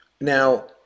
Now